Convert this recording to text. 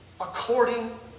According